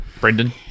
Brendan